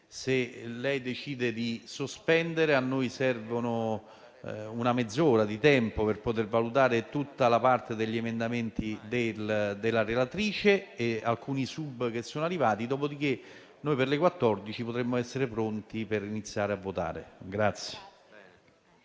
Se lei decide di sospendere la seduta, a noi serve una mezz'ora di tempo per poter valutare tutta la parte degli emendamenti della relatrice e alcuni subemendamenti che sono arrivati. Dopodiché, per le ore 14 potremmo essere pronti per iniziare a votare.